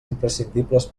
imprescindibles